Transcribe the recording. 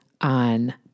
on